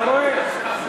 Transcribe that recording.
אתה רואה?